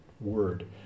word